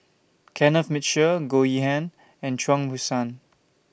Kenneth Mitchell Goh Yihan and Chuang Hui Tsuan